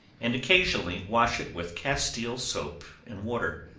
and occasionally wash it with castile soap and water.